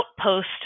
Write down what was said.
Outpost